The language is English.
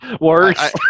worse